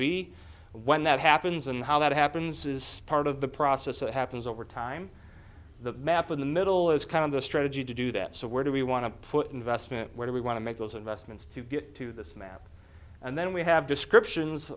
be when that happens and how that happens is part of the process that happens over time the map in the middle is kind of the strategy to do that so where do we want to put investment where do we want to make those investments to get to this map and then we have descriptions